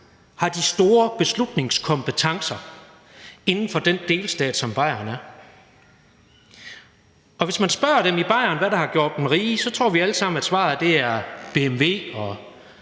har de store beslutningskompetencer inden for den delstat, som Bayern er. Og hvis man spørger dem i Bayern, hvad det er, der har gjort dem rige, så tror vi alle sammen, at svaret er BMW og